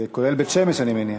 זה כולל בית-שמש, אני מניח.